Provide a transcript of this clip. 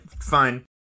Fine